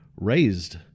Raised